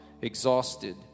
exhausted